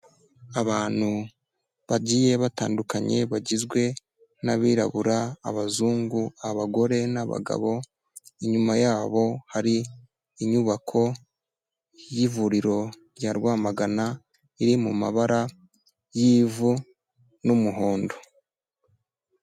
Abantu bagiye batandukanye bagizwe n'abirabura, abazungu, abagore n'abagabo, inyuma yabo hari inyubako y'ivuriro rya Rwamagana riri mu mabara y'ivu n'umuhondo.